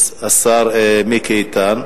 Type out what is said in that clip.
השר איתן,